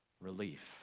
relief